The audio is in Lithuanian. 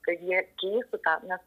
kad jie keistų tą nes